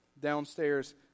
downstairs